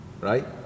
Right